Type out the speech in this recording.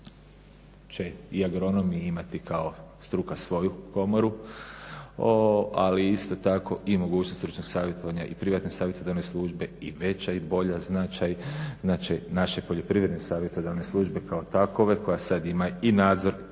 i agronomi imati kao struka svoju komoru, ali isto tako i mogućnost stručnog savjetovanja i privatne savjetodavne službe i veći i bolji značaj naše poljoprivredne savjetodavne službe kao takove koja sad ima i nadzor,